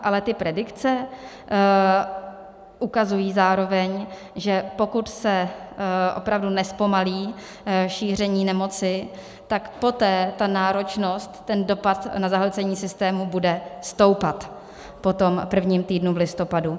Ale ty predikce ukazují zároveň, že pokud se opravdu nezpomalí šíření nemoci, tak poté ta náročnost, ten dopad na zahlcení systému bude stoupat po tom prvním týdnu v listopadu.